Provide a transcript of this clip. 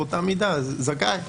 באותה מידה זכאי.